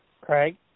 Craig